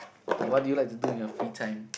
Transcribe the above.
okay what do you like to do in your free time